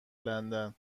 لندن